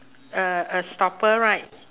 uh a stopper right